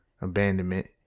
abandonment